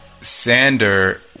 Sander